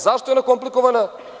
Zašto je ona komplikovana?